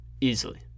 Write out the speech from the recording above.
easily